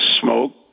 smoke